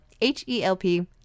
H-E-L-P